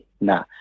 Nah